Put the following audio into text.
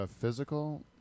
physical